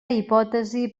hipòtesi